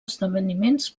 esdeveniments